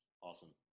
Awesome